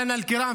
(אומר דברים